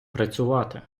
працювати